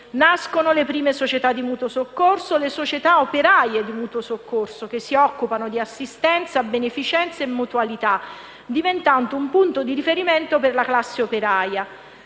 Nascono le prime società di mutuo soccorso (SMS) e le società operaie di mutuo soccorso, che si occupano di assistenza, beneficenza e mutualità, diventando un punto di riferimento per la nascente classe operaia.